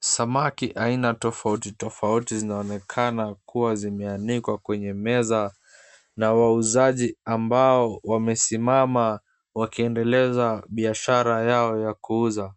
Samaki aina tofauti tofauti zinaonekana kuwa zimeanikwa kwenye meza na wauzaji ambao wamesimama wakiendeleza biashara yao ya kuuza.